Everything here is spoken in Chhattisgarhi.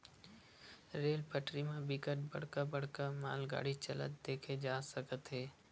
रेल पटरी म बिकट बड़का बड़का मालगाड़ी चलत देखे जा सकत हे